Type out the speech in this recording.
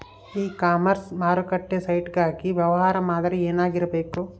E commerce ಮಾರುಕಟ್ಟೆ site ಗಾಗಿ ವ್ಯವಹಾರ ಮಾದರಿ ಏನಾಗಿರಬೇಕು?